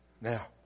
Now